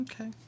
Okay